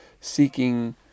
seeking